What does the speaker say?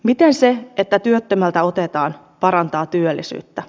miten se että työttömältä otetaan parantaa työllisyyttä